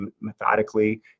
methodically